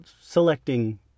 selecting